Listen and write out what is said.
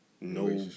No